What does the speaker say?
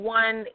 one